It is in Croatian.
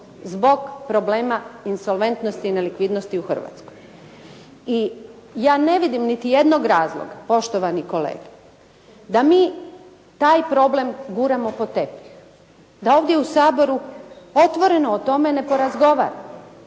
zbog problema insolventnosti i nelikvidnosti u Hrvatskoj. I ja ne vidim niti jednog razloga, poštovani kolega, da mi taj problem guramo pod tepih. Da ovdje u Saboru otvoreno o tome ne porazgovaramo,